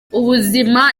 ubuzima